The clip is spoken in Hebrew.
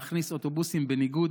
להכניס אוטובוסים בניגוד,